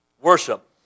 Worship